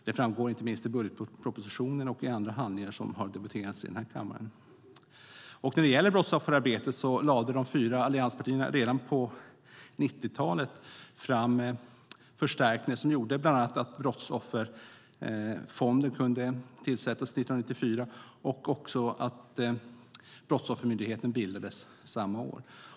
Det framgår inte minst i budgetpropositionen och i andra handlingar som har debatterats i den här kammaren. När det gäller brottsofferarbetet lade de fyra allianspartierna redan på 90-talet fram ett förslag som bland annat innebar att Brottsofferfonden kunde inrättas 1994 och att Brottsoffermyndigheten bildades samma år.